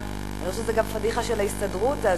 1991. אני חושבת שזה גם פאדיחה של ההסתדרות אז,